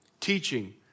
teaching